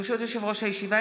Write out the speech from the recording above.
ברשות יושב-ראש הישיבה,